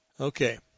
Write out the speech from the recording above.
Okay